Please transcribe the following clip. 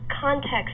context